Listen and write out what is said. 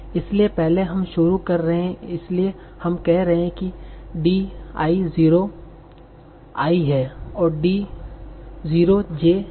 इसलिए पहले हम शुरू कर रहे हैं इसलिए हम कह रहे हैं कि D i 0 i है और D 0 j j है